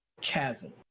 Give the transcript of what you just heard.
chasm